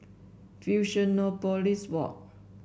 Fusionopolis Walk